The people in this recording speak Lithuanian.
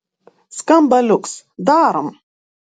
skamba liuks darom